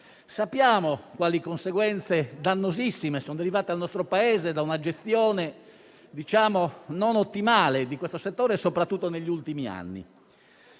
Sappiamo quali conseguenze dannosissime sono derivate al nostro Paese da una gestione non ottimale del settore, soprattutto negli ultimi anni.